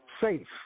safe